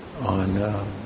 on